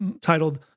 titled